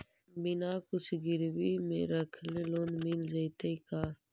बिना कुछ गिरवी मे रखले लोन मिल जैतै का?